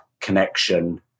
connection